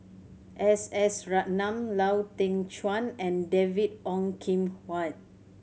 S S Ratnam Lau Teng Chuan and David Ong Kim Huat